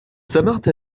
سمعت